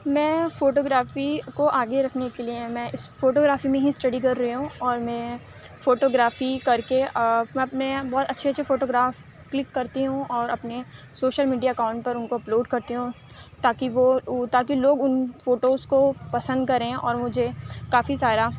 میں photography کو آگے رکھنے کے لیے میں اِس فوٹو گرافی میں ہی اسٹڈی کر رہی ہوں اور میں فوٹو گرافی کر کے اپنے اپنے بہت اچھے اچھے فوٹو گرافس کلک کرتی ہوں اور اپنے سوشل میڈیا اکاؤنٹ پر اُن کو اپلوڈ کرتی ہوں تاکہ وہ تاکہ لوگ اُن فوٹوز کو پسند کریں اور مجھے کافی سارا